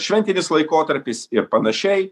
šventinis laikotarpis ir panašiai